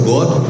God